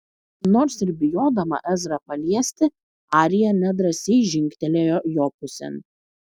nors ir bijodama ezrą paliesti arija nedrąsiai žingtelėjo jo pusėn